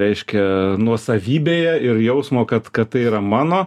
reiškia nuosavybėje ir jausmo kad kad tai yra mano